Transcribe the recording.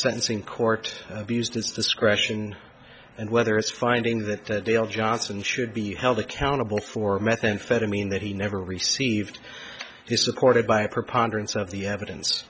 sentencing court used his discretion and whether it's finding that they'll johnson should be held accountable for methamphetamine that he never received the supported by a preponderance of the evidence